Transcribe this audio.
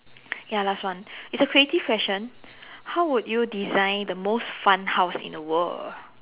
ya last one it's a creative question how would you design the most fun house in the world